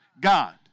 God